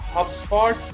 Hubspot